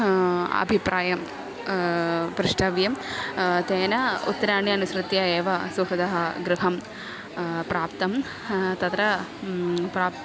अभिप्रायं प्रष्टव्यं तेन उत्तरम् अनुसृत्य एव सुहृदः गृहं प्राप्तं तत्र प्राप्य